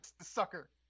sucker